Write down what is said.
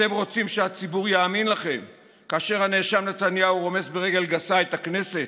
אתם רוצים שהציבור יאמין לכם כאשר הנאשם נתניהו רומס ברגל גסה את הכנסת,